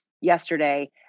yesterday